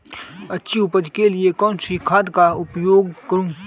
अच्छी उपज के लिए कौनसी खाद का उपयोग करूं?